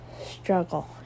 struggle